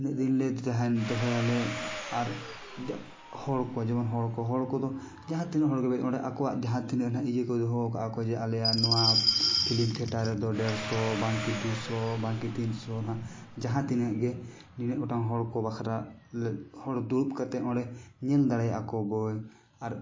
ᱱᱤᱱᱟᱹᱜ ᱫᱤᱱᱞᱮ ᱫᱚᱦᱚᱭᱟᱞᱮ ᱟᱨ ᱦᱚᱲ ᱠᱚ ᱡᱮᱢᱚᱱ ᱦᱚᱲ ᱠᱚ ᱦᱚᱲ ᱠᱚᱫᱚ ᱡᱟᱦᱟᱸ ᱛᱤᱱᱟᱹᱜ ᱦᱚᱲ ᱜᱮᱯᱮ ᱚᱸᱰᱮ ᱟᱠᱚᱣᱟᱜ ᱡᱟᱦᱟᱸ ᱛᱤᱱᱟᱹᱜ ᱱᱟᱦᱟᱜ ᱤᱭᱟᱹ ᱠᱚ ᱫᱚᱦᱚᱣᱟ ᱠᱚ ᱡᱮ ᱟᱞᱮᱭᱟᱜ ᱱᱚᱣᱟ ᱯᱷᱤᱞᱤᱢ ᱛᱷᱤᱭᱮᱴᱟᱨ ᱫᱚ ᱰᱮᱲᱥᱚ ᱵᱟᱝᱠᱤ ᱫᱩᱥᱚ ᱵᱟᱝᱠᱤ ᱛᱤᱱᱥᱚ ᱱᱟᱦᱟᱜ ᱡᱟᱦᱟᱸ ᱛᱤᱱᱟᱜ ᱜᱮ ᱱᱤᱱᱟᱹᱜ ᱜᱚᱴᱟᱝ ᱦᱚᱲ ᱠᱚ ᱵᱟᱠᱷᱟᱨᱟ ᱦᱚᱲ ᱫᱩᱲᱩᱵ ᱠᱟᱛᱮ ᱚᱸᱰᱮ ᱧᱮᱞ ᱫᱟᱲᱮᱭᱟᱜᱼᱟ ᱠᱚ ᱵᱳᱭ ᱟᱨ